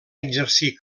exercir